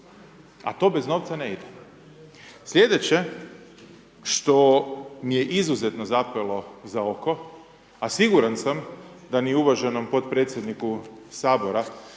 A to bez novca ne ide. Sljedeće što mi je izuzetno zapelo za oko, a siguran sam, da ni uvaženom podpredsjedniku Sabora,